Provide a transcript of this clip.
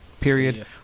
period